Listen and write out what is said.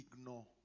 ignore